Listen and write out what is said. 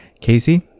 Casey